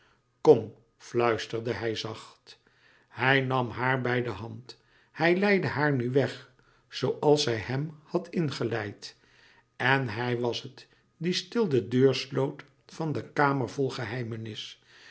kom fluisterde hij zacht hij nam haar bij de hand hij leidde haar nu weg zooals zij hem had ingeleid en hij was het die stil de deur sloot van de kamer vol geheimenis